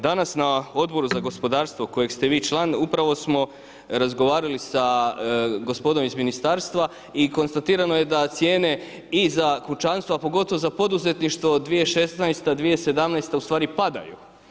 Danas na Odboru za gospodarstvo kojeg ste vi član upravo smo razgovarali sa gospodom iz ministarstva i konstatirano je da cijene i za kućanstva, pogotovo za poduzetništvo 2016., 2017. ustvari padaju.